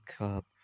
up